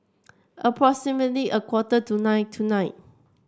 approximately a quarter to nine tonight